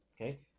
Okay